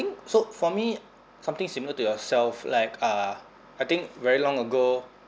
so for me something similar to yourself like uh I think very long ago